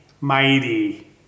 mighty